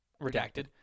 Redacted